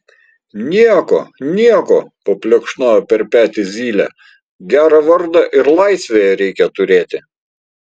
nieko nieko paplekšnojo per petį zylė gerą vardą ir laisvėje reikia turėti